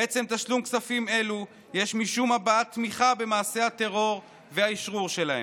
בעצם תשלום כספים אלו יש משום הבעת תמיכה במעשי הטרור ואשרור שלהם.